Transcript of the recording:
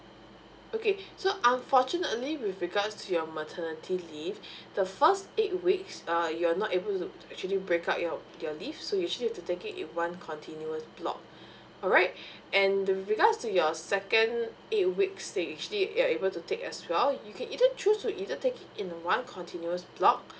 okay so unfortunately with regards to your maternity leave the first eight weeks err you're not able to actually break up your your leave so which mean you have to take it one continuous block alright and the regards to your second eight week stay actually it you're able to take as well you can either choose to either take in one continuous block